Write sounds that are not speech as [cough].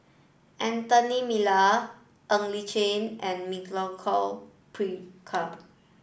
Anthony Miller Ng Li Chin and [unintelligible]